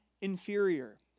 inferior